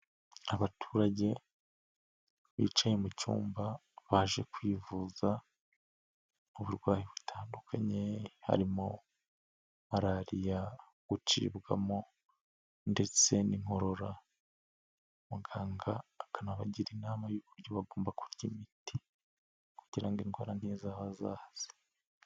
Abaturage bicaye mu cyumba, baje kwivuza uburwayi butandukanye, harimo malariya, gucibwamo, ndetse n'inkorora, muganga akanabagira inama y'uburyo bagomba kurya imiti kugira indwara ntizabazahaze.